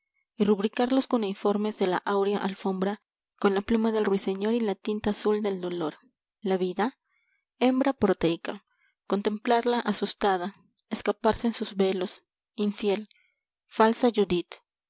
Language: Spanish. y rubricar los cuneiformes de la áurea alfombra con la pluma del ruiseñor y la tinta azul del dolor la vida hembra proteica contemplarla asustada escaparse en sus velos infiel falsa judith